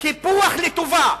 "קיפוח לטובה".